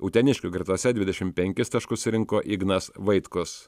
uteniškių gretose dvidešimt penkis taškus surinko ignas vaitkus